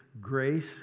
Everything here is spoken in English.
grace